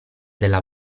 della